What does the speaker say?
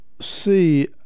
see –